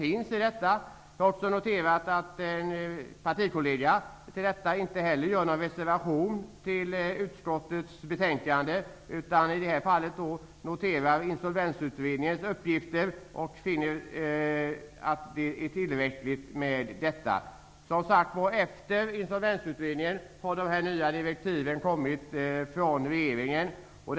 Jag har också noterat att en partikollega till Claus Zaar inte gör någon reservation beträffande detta till utskottets hemställan utan finner insolvensutredningens uppgifter tillräckliga. Efter insolvensutredningen har de nya direktiven från regeringen kommit.